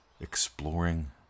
exploring